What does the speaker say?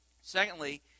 Secondly